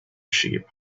sheep